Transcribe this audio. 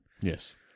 Yes